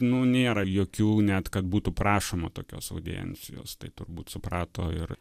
nu nėra jokių net kad būtų prašoma tokios audiencijos tai turbūt suprato ir